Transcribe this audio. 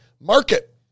market